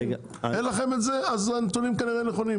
אין לכם את זה אז הנתונים כנראה נכונים,